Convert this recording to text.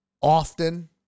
often